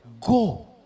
Go